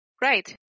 Right